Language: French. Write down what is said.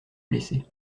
blessés